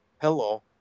hello